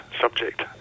subject